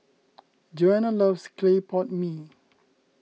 Joana loves Clay Pot Mee